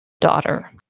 daughter